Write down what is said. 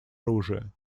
оружия